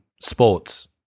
sports